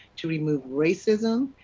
to remove racism,